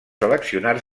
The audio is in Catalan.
seleccionar